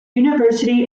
university